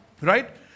Right